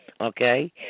okay